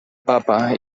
papa